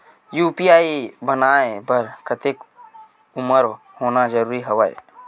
UPI बनवाय बर कतेक उमर होना जरूरी हवय?